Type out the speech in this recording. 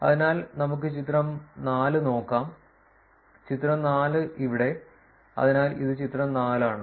അതിനാൽ നമുക്ക് ചിത്രം 4 നോക്കാം ചിത്രം 4 ഇവിടെ അതിനാൽ ഇത് ചിത്രം 4 ആണ്